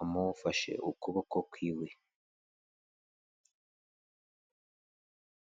amufashe ukuboko kwiwe.